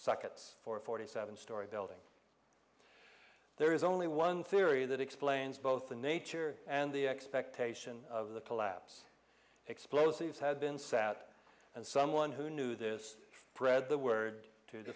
sockets four forty seven story building there is only one theory that explains both the nature and the expectation of the collapse explosives had been sat and someone who knew this praed the word to